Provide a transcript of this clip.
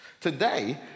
today